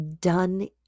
done